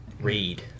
Read